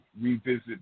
revisit